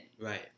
Right